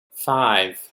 five